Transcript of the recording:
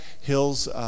Hills